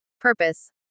purpose